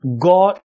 God